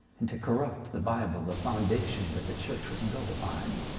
and to corrupt the bible, the foundation that the church was built upon.